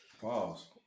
Pause